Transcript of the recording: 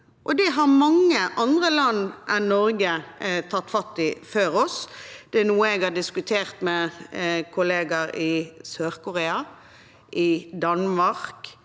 Det har mange andre land tatt fatt i før oss. Det er noe jeg har diskutert med kollegaer i SørKorea, i Danmark,